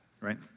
right